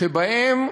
שבהם